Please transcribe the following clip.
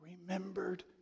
remembered